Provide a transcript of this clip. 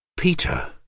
Peter